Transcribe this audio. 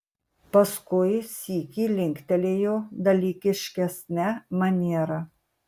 paskui sykį linktelėjo dalykiškesne maniera